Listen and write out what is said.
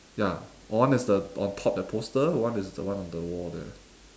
ya one is the on top that poster one is the one on the wall there